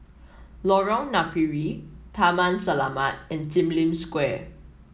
Lorong Napiri Taman Selamat and Sim Lim Square